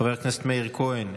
חבר הכנסת מאיר כהן,